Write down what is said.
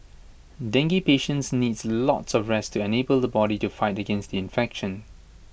dengue patients needs lots of rest to enable the body to fight against the infection